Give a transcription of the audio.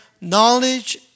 knowledge